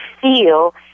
feel